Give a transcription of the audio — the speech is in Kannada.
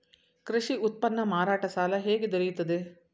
ಕೃಷಿ ಉತ್ಪನ್ನ ಮಾರಾಟ ಸಾಲ ಹೇಗೆ ದೊರೆಯುತ್ತದೆ?